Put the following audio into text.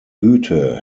güte